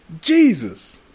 Jesus